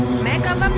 madam